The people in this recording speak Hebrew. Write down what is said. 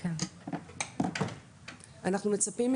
אנחנו עוקבים,